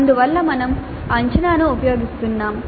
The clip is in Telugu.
అందువల్ల మేము అంచనాను ఉపయోగిస్తున్నాము